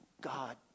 God